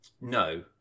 No